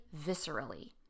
viscerally